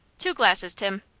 two glasses, tim.